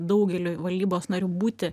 daugeliui valdybos narių būti